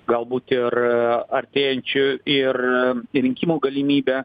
galbūt ir artėjančių ir rinkimų galimybę